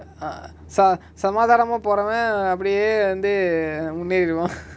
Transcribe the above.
err sa~ சமாதானமா போரவ அப்டியே வந்து முன்னேரிருவா:samaathaanamaa porava apdiye vanthu munneriruva